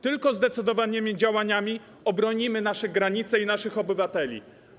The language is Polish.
Tylko zdecydowanymi działaniami obronimy nasze granice i naszych obywateli.